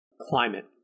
climate